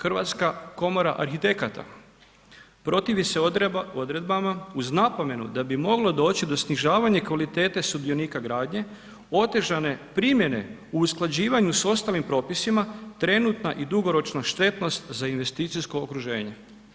Hrvatska komora arhitekata protivi se odredbama uz napomenu da bi moglo doći do snižavanja kvalitete sudionika gradnje, otežane primjene u usklađivanju sa ostalim propisima trenutna i dugoročna štetnost za investicijsko okruženje.